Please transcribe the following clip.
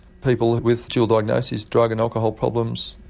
people with dual diagnoses, drug and alcohol problems.